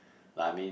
like I mean